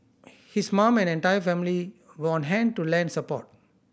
his mum and entire family were on hand to lend support